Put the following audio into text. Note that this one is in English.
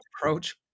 approach